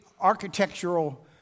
architectural